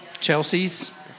Chelsea's